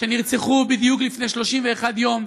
שנרצחו בדיוק לפני 31 יום,